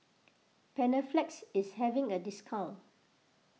Panaflex is having a discount